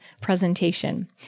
presentation